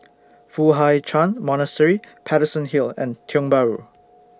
Foo Hai Ch'An Monastery Paterson Hill and Tiong Bahru